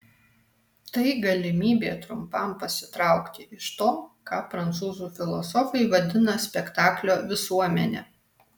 tai galimybė trumpam pasitraukti iš to ką prancūzų filosofai vadina spektaklio visuomene